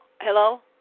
Hello